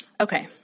okay